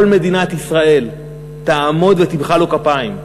כל מדינת ישראל תעמוד ותמחא לו כפיים.